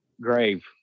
grave